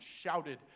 shouted